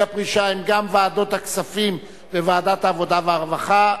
הפרישה הן ועדת הכספים וועדת העבודה והרווחה.